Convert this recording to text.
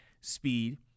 speed